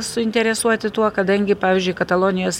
suinteresuoti tuo kadangi pavyzdžiui katalonijos